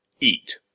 eat